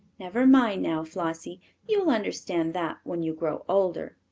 never mind now, flossie you'll understand that when you grow older.